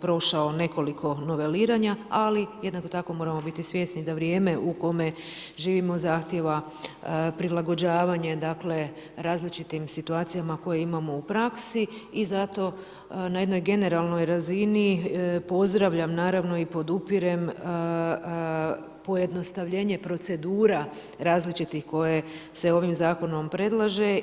prošao nekoliko noveliranja, ali jednako tako moramo biti svjesni da vrijeme u kome živimo zahtjeva prilagođavanje dakle različitim situacijama koje imamo u praksi i zato na jednoj generalnoj razini pozdravljam naravno i podupirem pojednostavljenje procedura različitih koje se ovim zakonom predlaže.